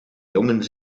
jongen